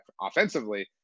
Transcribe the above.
offensively